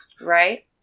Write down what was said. Right